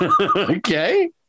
Okay